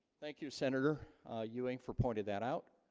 thank you senator you ain't for pointed that out